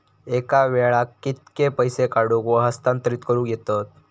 एका वेळाक कित्के पैसे काढूक व हस्तांतरित करूक येतत?